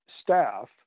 staff